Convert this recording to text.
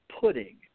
pudding